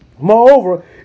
Moreover